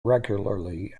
regularly